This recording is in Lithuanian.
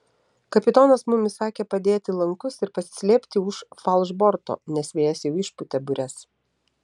kapitonas mums įsakė padėti lankus ir pasislėpti už falšborto nes vėjas jau išpūtė bures